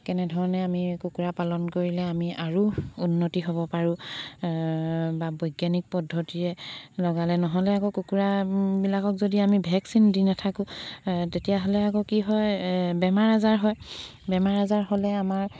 কেনেধৰণে আমি কুকুৰা পালন কৰিলে আমি আৰু উন্নতি হ'ব পাৰোঁ বা বৈজ্ঞানিক পদ্ধতিৰে লগালে নহ'লে আকৌ কুকুৰাবিলাকক যদি আমি ভেকচিন দি নাথাকো তেতিয়াহ'লে আকৌ কি হয় বেমাৰ আজাৰ হয় বেমাৰ আজাৰ হ'লে আমাৰ